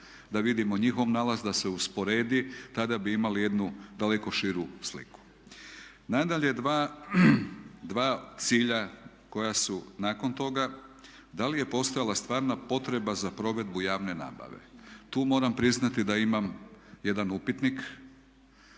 da vidimo njihov nalaz, da se usporedi, tada bi imali jednu daleko širu sliku. Nadalje, dva cilja koja su nakon toga da li je postojala stvarna potreba za provedbu javne nabave. Tu moram priznati da imam jedan upitnik.